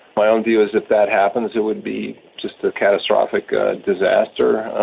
my own view is if that happens it would be just a catastrophic ah disaster,